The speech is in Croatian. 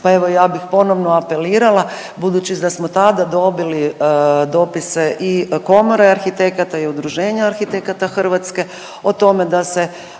pa evo ja bih ponovno apelirala budući da smo tada dobili dopise i Komore arhitekata i Udruženja arhitekata Hrvatske o tome da se